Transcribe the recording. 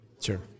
sure